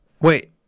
Wait